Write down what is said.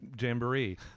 jamboree